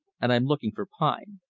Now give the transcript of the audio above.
and i'm looking for pine.